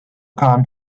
kahn